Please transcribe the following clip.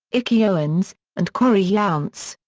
ikey owens and cory younts.